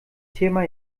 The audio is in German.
thema